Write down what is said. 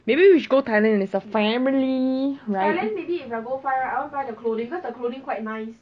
I know I remember already is the one you tell me [one]